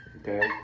Okay